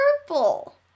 purple